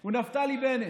הוא נפתלי בנט.